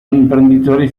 imprenditore